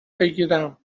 بکیرم